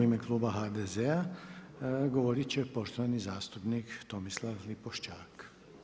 U ime Kluba HDZ-a, govoriti će poštovani zastupnik Tomislav Lipošćak.